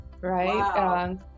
right